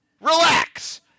relax